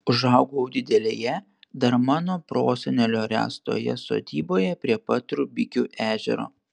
užaugau didelėje dar mano prosenelio ręstoje sodyboje prie pat rubikių ežero